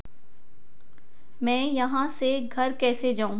मैं यहाँ से घर कैसे जाऊँ